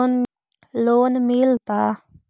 Loan मिलता?